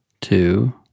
two